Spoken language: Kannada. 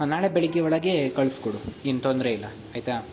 ಹಾಂ ನಾಳೆ ಬೆಳಿಗ್ಗೆ ಒಳಗೇ ಕಳಿಸ್ಕೊಡು ಏನೂ ತೊಂದರೆ ಇಲ್ಲ ಆಯಿತಾ